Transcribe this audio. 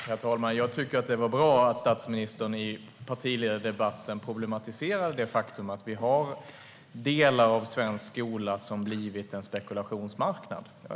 Herr talman! Jag tycker att det var bra att statsministern i partiledardebatten problematiserade det faktum att delar av svensk skola har blivit en spekulationsmarknad.